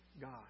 God